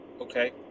Okay